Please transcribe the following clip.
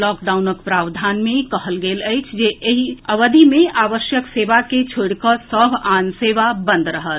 लॉकडाउनक प्रावधान मे कहल गेल अछि जे एहि अवधि मे आवश्यक सेवा के छोड़ि कऽ सभ आन सेवा बंद रहत